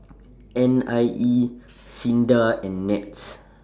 N I E SINDA and Nets